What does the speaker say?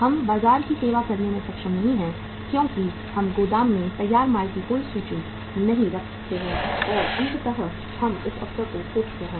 हम बाजार की सेवा करने में सक्षम नहीं हैं क्योंकि हम गोदाम में तैयार माल की कोई सूची नहीं रखते हैं और अंततः हम उस अवसर को खो चुके हैं